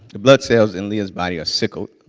blood cells in lia's body are sickle,